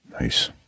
Nice